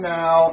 now